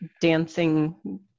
dancing